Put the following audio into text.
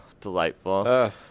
delightful